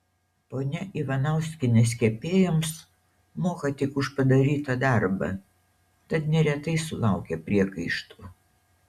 ponia ivanauskienės kepėjoms moka tik už padarytą darbą tad neretai sulaukia priekaištų